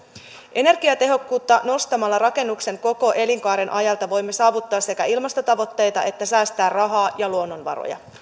energiatehokkuutta nostamalla rakennuksen koko elinkaaren ajalta voimme sekä saavuttaa ilmastotavoitteita että säästää rahaa ja luonnonvaroja